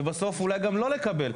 ואולי בסוף גם לא לקבל,